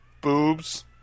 boobs